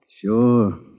Sure